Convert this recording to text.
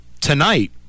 tonight